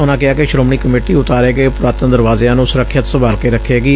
ਉਨੂਾਂ ਕਿਹਾ ਕਿ ਸ਼ੋਮਣੀ ਕਮੇਟੀ ਉਤਾਰੇ ਗਏ ਪੁਰਾਤਨ ਦਰਵਾਜ਼ਿਆਂ ਨੂੰ ਸੁਰੱਖਿਅਤ ਸੰਭਾਲ ਕੇ ਰੱਖੇਗੀ